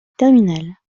terminale